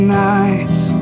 nights